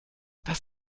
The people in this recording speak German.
das